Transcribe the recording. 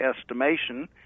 estimation